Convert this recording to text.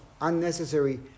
unnecessary